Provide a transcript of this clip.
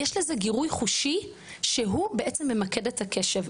יש לזה גירוי חושי שהוא בעצם ממקד את הקשר.